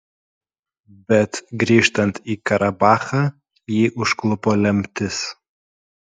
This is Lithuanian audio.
bet grįžtant į karabachą jį užklupo lemtis